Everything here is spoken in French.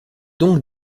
donc